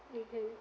mmhmm